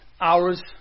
hours